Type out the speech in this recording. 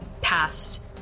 past